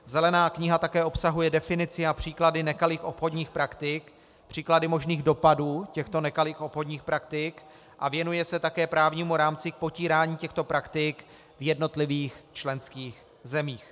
Zelená kniha také obsahuje definici a příklady nekalých obchodních praktik, příklady možných dopadů těchto nekalých obchodních praktik a věnuje se také právnímu rámci k potírání těchto praktik v jednotlivých členských zemích.